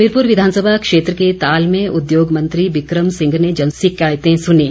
हमीरपुर विधानसभा क्षेत्र के ताल में उद्योग मंत्री बिक्रम सिंह ने जन शिकायतें सुनीं